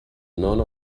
none